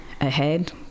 ahead